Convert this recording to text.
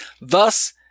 Thus